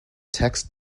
text